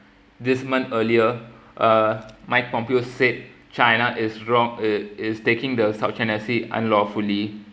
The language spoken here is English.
this month earlier uh mike pompeo said china is wrong it is taking the south china sea unlawfully